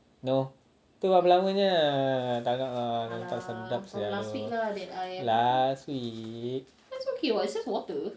no tu berapa lama punya tak nak lah tak sedap [sial] tu last week